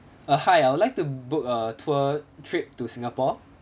uh hi I would like to book a tour trip to singapore